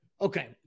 Okay